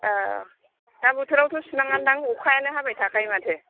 औ दा बोथोरावथ' सुनाङाखोमा अखायानो हाबाय थाखायो माथो